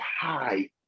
high